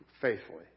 faithfully